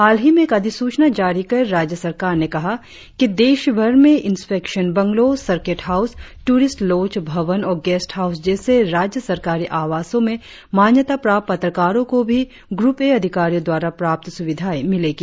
हालही में एक अधिसूचना जारी कर राज्य सरकार ने कहा कि देशभर में inspection bungalow circuit house tourist lodge भवन और गेस्ट हाउस जैसे राज्य सरकारी आवासो में मान्यता प्राप्त पत्रकारो को भी ग्रुप ए अधिकारियों द्वारा प्राप्त सुविधाए मिलेगी